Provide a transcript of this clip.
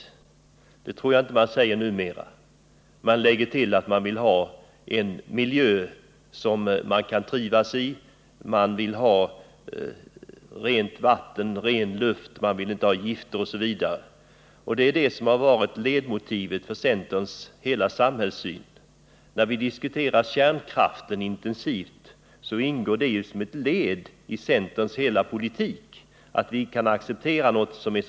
Numera tror jag att människor också säger att de vill ha en miljö som de kan trivas i. Man vill ha rent vatten, ren luft och en giftfri miljö. Det har varit ledmotivet i centerns samhällssyn. När vi säger nej till den för människan så farliga kärnkraften, så är det ett led i denna centerns politik.